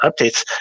updates